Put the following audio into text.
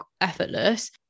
effortless